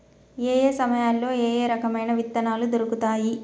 ఏయే సమయాల్లో ఏయే రకమైన విత్తనాలు దొరుకుతాయి?